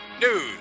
news